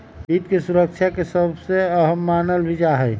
वित्त के सुरक्षा के सबसे अहम मानल भी जा हई